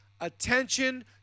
attention